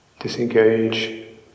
disengage